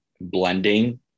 blending